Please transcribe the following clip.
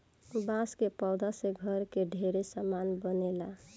बांस के पौधा से घर के ढेरे सामान बनेला